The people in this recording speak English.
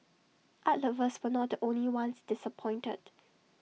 art lovers were not the only ones disappointed